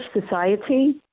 society